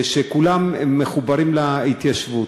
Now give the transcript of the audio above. שכולם מחוברים להתיישבות,